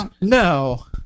No